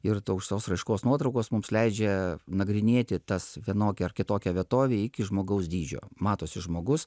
ir tos aukštos raiškos nuotraukos mums leidžia nagrinėti tas vienokią ar kitokią vietovę iki žmogaus dydžio matosi žmogus